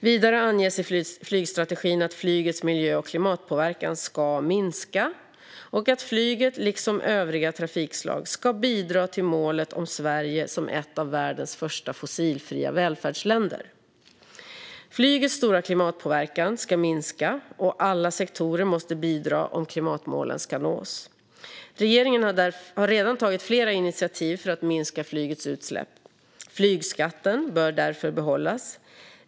Vidare anges i flygstrategin att flygets miljö och klimatpåverkan ska minska och att flyget, liksom övriga trafikslag, ska bidra till målet om Sverige som ett av världens första fossilfria välfärdsländer. Flygets stora klimatpåverkan ska minska, och alla sektorer måste bidra om klimatmålen ska nås. Regeringen har redan tagit flera initiativ för att minska flygets utsläpp. Flygskatten bör därför behållas.